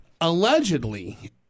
allegedly